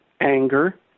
anger